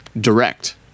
direct